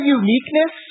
uniqueness